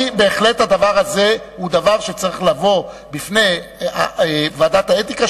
בהחלט הדבר הזה הוא דבר שצריך לבוא בפני ועדת האתיקה,